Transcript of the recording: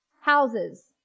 houses